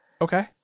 Okay